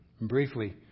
briefly